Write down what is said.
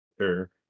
Sure